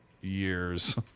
years